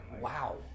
Wow